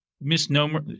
misnomer